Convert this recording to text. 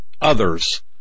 others